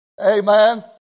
Amen